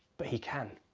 but he can.